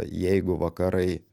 jeigu vakarai